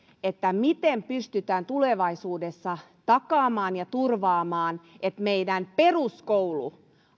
miten pystytään tulevaisuudessa takaamaan ja turvaamaan että meidän peruskoulumme